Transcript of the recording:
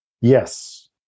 Yes